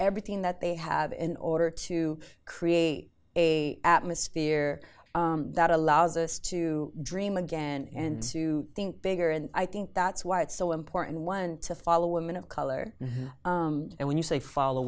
everything that they have in order to create a atmosphere that allows us to dream again and to think bigger and i think that's why it's so important one to follow women of color and when you say follow